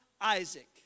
Isaac